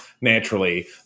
naturally